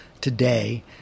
today